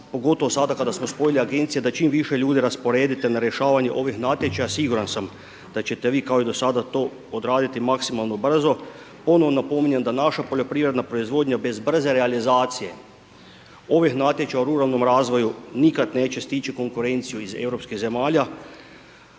pogotovo sada kada smo spojili agencije, da čim više ljudi raspredite na rješavanje ovih natječaja, siguran sam, da ćete vi kao i do sada to odraditi maksimalno brzo. Ponovno napominjem da naša poljoprivredna proizvodnja bez brze realizacije ovih natječaja u ruralnom razvoju nikad neće stići konkurenciju iz europskih zemalja